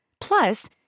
Plus